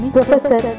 Professor